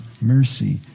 mercy